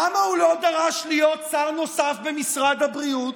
למה הוא לא דרש להיות שר נוסף במשרד הבריאות?